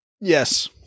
Yes